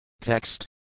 Text